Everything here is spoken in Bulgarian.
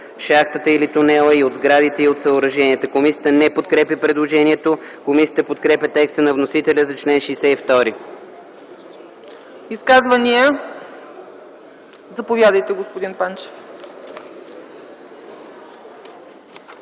шахтата или тунела и от сградите и от съоръженията.” Комисията не подкрепя предложението. Комисията подкрепя текста на вносителя за чл. 62. ПРЕДСЕДАТЕЛ ЦЕЦКА ЦАЧЕВА: Изказвания? Заповядайте, господин Панчев.